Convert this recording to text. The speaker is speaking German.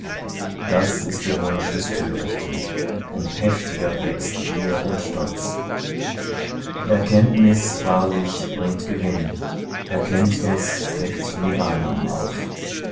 das ist der wunsch des törichten und heftiger wächst gier und stolz erkenntnis wahrlich bringt gewinn erkenntnis deckt nibbnam auf